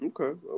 Okay